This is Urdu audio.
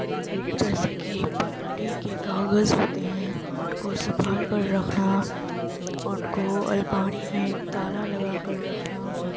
جیسے کہ پراپرٹی کے کاغذ ہوتے ہیں ان کو سنبھال کر رکھنا ان کو الماری میں تالا لگا کر رکھنا